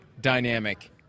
dynamic